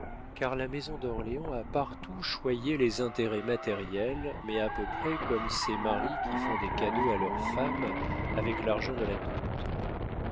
car la maison d'orléans a partout choyé les intérêts matériels mais à peu près comme ces maris qui font des cadeaux à leurs femmes avec l'argent de la dot